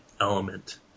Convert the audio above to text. element